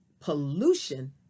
pollution